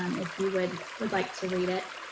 um if you would, would like to read it.